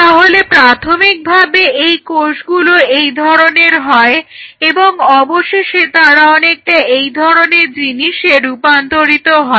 তাহলে প্রাথমিকভাবে এই কোষগুলো এই ধরনের হয় এবং অবশেষে তারা অনেকটা এই ধরনের জিনিসে রূপান্তরিত হয়